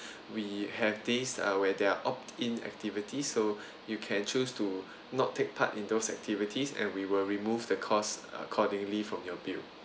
we have this uh where there are opt in activity so you can choose to not take part in those activities and we will remove the cost accordingly from your bill